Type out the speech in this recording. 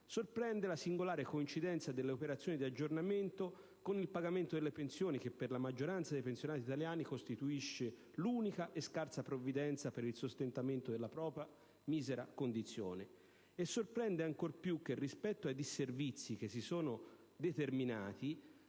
sorprende la singolare coincidenza delle operazioni di aggiornamento con il pagamento delle pensioni che, per la maggioranza dei pensionati italiani, costituisce l'unica e scarsa provvista per il sostentamento della propria miseria condizione. Sorprende ancor più che, rispetto ai disservizi che si sono determinati,